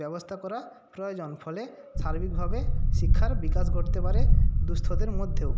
ব্যবস্থা করা প্রয়োজন ফলে সার্বিকভাবে শিক্ষার বিকাশ ঘটতে পারে দুঃস্থদের মধ্যেও